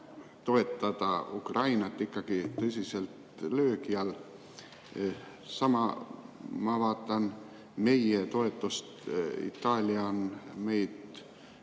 toetada Ukrainat ikkagi tõsiselt löögi all. Ma vaatan ka meie toetust, Itaalia on meid